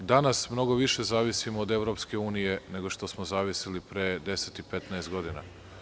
Danas mnogo više zavisimo od EU nego što smo zavisili pre 10 i 15 godina.